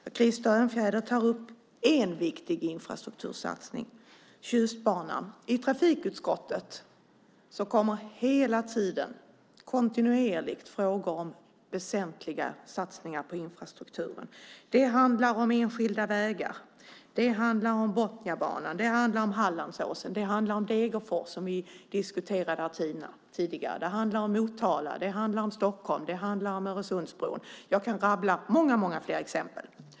Herr talman! Krister Örnfjäder tar upp en viktig infrastruktursatsning - Tjustbanan. I trafikutskottet kommer hela tiden, kontinuerligt, frågor om väsentliga satsningar på infrastrukturen. Det handlar om enskilda vägar. Det handlar om Botniabanan. Det handlar om Hallandsåsen. Det handlar om Degerfors, som vi diskuterade här tidigare. Det handlar om Motala. Det handlar om Stockholm. Det handlar om Öresundsbron. Jag kan rabbla upp många fler exempel.